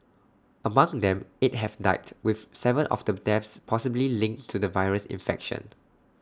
among them eight have died with Seven of the deaths possibly linked to the virus infection